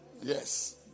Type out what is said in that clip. Yes